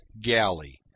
galley